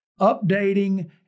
Updating